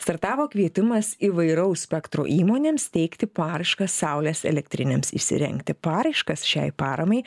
startavo kvietimas įvairaus spektro įmonėms teikti paraiškas saulės elektrinėms įsirengti paraiškas šiai paramai